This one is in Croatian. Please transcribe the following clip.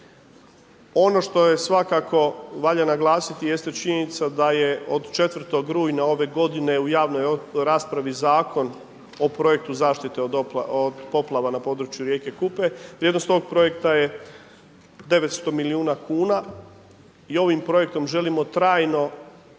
Ono što je svakako, valja naglasiti jeste činjenica da je od 4. rujna ove godine u javnoj raspravi Zakon o projektu zaštite od poplava na području rijeke Kupe. Vrijednost tog projekta je 900 milijuna kuna. I ovim projektom želimo trajno